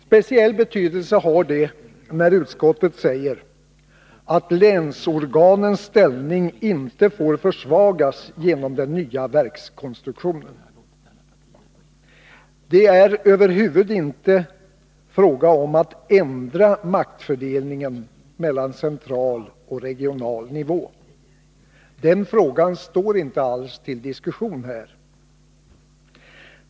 Speciell betydelse har det när utskottet säger att länsorganens ställning inte får försvagas genom den nya verkskonstruktionen. Det är över huvud taget inte fråga om att ändra maktfördelningen mellan central och regional nivå. Den frågan står inte alls till diskussion här.